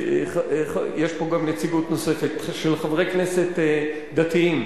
יש פה גם נציגות נוספת של חברי כנסת דתיים.